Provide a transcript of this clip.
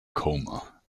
coma